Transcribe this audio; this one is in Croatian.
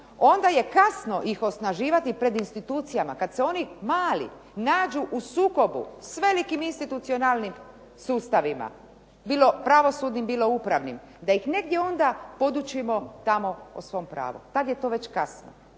onda je kasno ih osnaživati pred institucijama kad se oni mali nađu u sukobu s velikim institucionalnim sustavima bilo pravosudnim, bilo upravnim da ih negdje onda podučimo tamo o svom pravu. Tad je to već kasno.